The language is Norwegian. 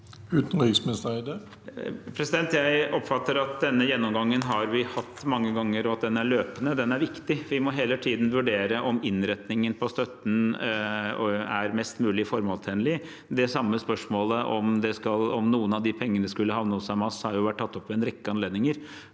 Utenriksminister Espen Barth Eide Jeg oppfatter at denne gjennomgangen har vi hatt mange ganger, og at den er løpende og viktig. Vi må hele tiden vurdere om innretningen på støtten er mest mulig formålstjenlig. Det samme spørsmålet, om noen av de pengene skulle havne hos Hamas, har vært tatt opp ved en rekke anledninger,